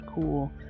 cool